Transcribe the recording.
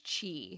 Chi